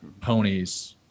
ponies